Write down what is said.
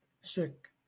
sick